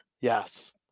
Yes